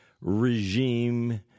regime